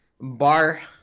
Bar